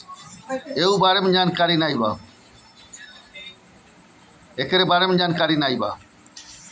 अउरी कई तरह के टेक्स देहल जाला